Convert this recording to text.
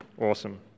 Awesome